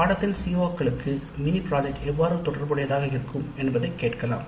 CO களுக்கு mini project எவ்வாறு தொடர்புடையதாக இருக்கும் என்பதை கேட்கலாம்